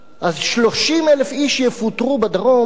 אז 30,000 יפוטרו בדרום,